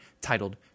titled